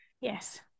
Yes